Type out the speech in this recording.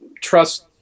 trust